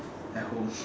at home